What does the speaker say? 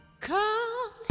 Call